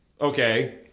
okay